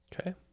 Okay